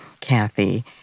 Kathy